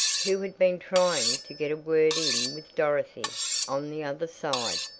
who had been trying to get a word in with dorothy on the other side.